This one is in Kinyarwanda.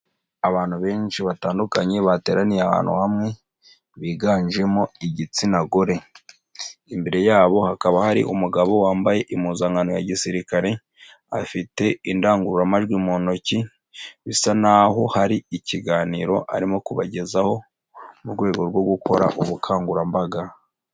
Abantu benshi batandukanye bateraniye ahantu hamwe biganjemo igitsina gore. Imbere yabo hakaba hari umugabo wambaye impuzankano ya gisirikare, afite indangururamajwi mu ntoki, bisa n'aho hari ikiganiro arimo kubagezaho mu rwego rwo gukora ubukangurambaga.